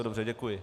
Dobře děkuji.